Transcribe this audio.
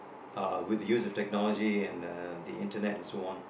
uh with use of technology and the the internet as one